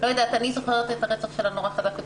אני זוכרת את הרצח שלה נורא חזק,